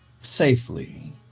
safely